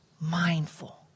mindful